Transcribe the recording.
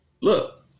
Look